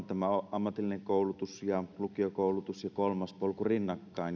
ammatillinen koulutus ja lukiokoulutus ja kolmas polku ovat rinnakkain